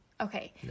okay